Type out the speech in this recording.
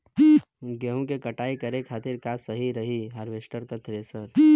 गेहूँ के कटाई करे खातिर का सही रही हार्वेस्टर की थ्रेशर?